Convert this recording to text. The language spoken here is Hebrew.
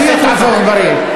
חבר הכנסת עפו אגבאריה.